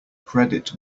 credit